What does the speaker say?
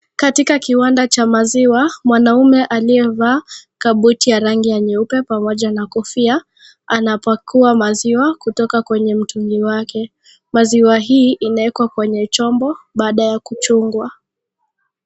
Katika kiwanda cha maziwa, mwanaume aliyevaa kabuti ya rangi ya nyeupe, pamoja na kofia, anapakua maziwa kutoka kwenye mtungi wake. Maziwa hii, inawekwa kwenye chombo baada ya kuchungwa.